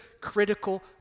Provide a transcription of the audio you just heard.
critical